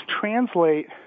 translate